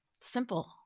simple